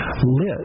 lit